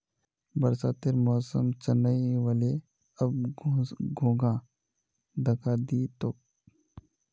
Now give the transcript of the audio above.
बरसातेर मौसम चनइ व ले, अब घोंघा दखा दी तोक